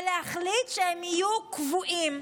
להחליט שהם יהיו קבועים.